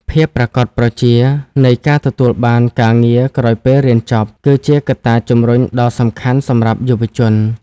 ភាពប្រាកដប្រជានៃការទទួលបានការងារក្រោយពេលរៀនចប់ គឺជាកត្តាជំរុញដ៏សំខាន់សម្រាប់យុវជន។